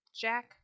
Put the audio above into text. Jack